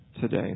today